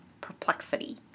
perplexity